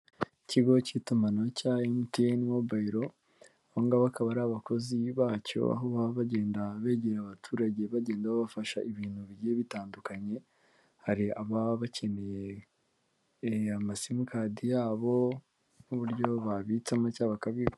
Ikigo cy'itumanaho cya MTN Mobile, aba ngaba akaba ari abakozi bacyo aho baba bagenda begera abaturage bagenda bafasha ibintu bigiye bitandukanye, hari ababa bakeneye amasimukadi yabo, n'uburyo babitsamo cyangwa bakabikuza.